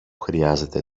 χρειάζεται